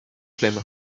chelem